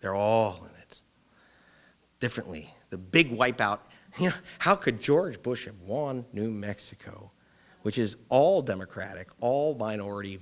they're all in it differently the big wipe out here how could george bush won new mexico which is all democratic all minority